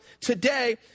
today